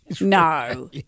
No